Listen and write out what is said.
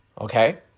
okay